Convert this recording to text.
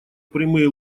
прямые